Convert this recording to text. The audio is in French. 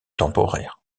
temporaire